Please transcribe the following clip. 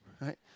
right